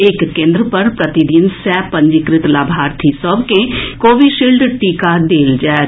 एक केन्द्र पर प्रतिदिन सय पंजीकृत लाभार्थी सभ के कोविशील्ड टीका देल जाएत